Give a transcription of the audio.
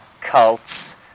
cults